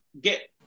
get